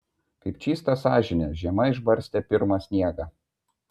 kaip čystą sąžinę žiema išbarstė pirmą sniegą